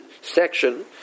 section